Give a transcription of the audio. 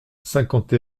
cinquante